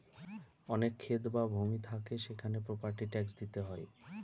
অনেক ক্ষেত বা ভূমি থাকে সেখানে প্রপার্টি ট্যাক্স দিতে হয়